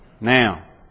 Now